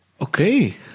Okay